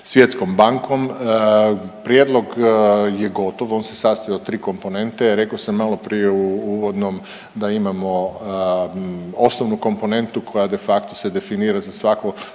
Svjetskom bankom. Prijedlog je gotov, on se sastoji od tri komponente. Rekao sam maloprije u uvodnom da imamo osnovnu komponentu koja de facto se definira za svako,